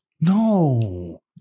No